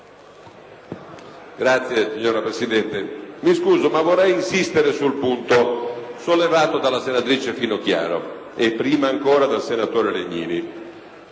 *(PD)*. Signora Presidente, mi scuso, ma vorrei insistere sul punto sollevato dalla senatrice Finocchiaro e, prima ancora, dal senatore Legnini.